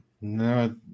No